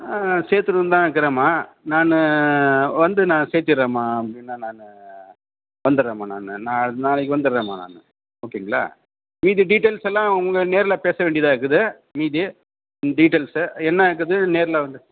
சேர்த்துருந்தான் இருக்குறம்மா நான் வந்து நான் சேர்த்திறன்மா அப்படின்னா நான் வந்துடுறேன்மா நான் நான் நாளைக்கு வந்துடுறேன்மா நான் ஓகேங்களா மீதி டீட்டெயில்ஸ் எல்லாம் உங்கள் நேரில் பேச வேண்டியதாக இருக்குது மீதி டீட்டெயில்ஸு என்ன எது எது நேரில் வந்து